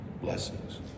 blessings